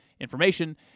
information